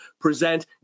present